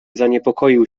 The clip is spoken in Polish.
zaniepokoił